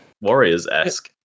warriors-esque